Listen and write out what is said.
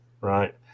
right